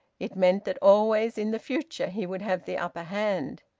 it meant that always in the future he would have the upper hand.